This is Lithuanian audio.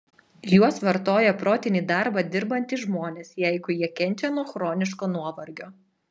juos vartoja protinį darbą dirbantys žmonės jeigu jie kenčia nuo chroniško nuovargio